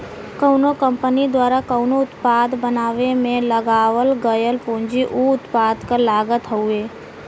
कउनो कंपनी द्वारा कउनो उत्पाद बनावे में लगावल गयल पूंजी उ उत्पाद क लागत हउवे